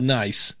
nice